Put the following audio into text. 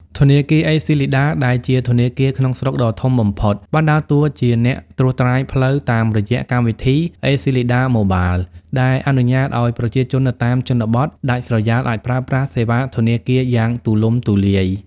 ធនាគារអេស៊ីលីដា ដែលជាធនាគារក្នុងស្រុកដ៏ធំបំផុត បានដើរតួជាអ្នកត្រួសត្រាយផ្លូវតាមរយៈកម្មវិធី ACLEDA Mobile ដែលអនុញ្ញាតឱ្យប្រជាជននៅតាមជនបទដាច់ស្រយាលអាចប្រើប្រាស់សេវាធនាគារយ៉ាងទូលំទូលាយ។